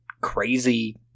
crazy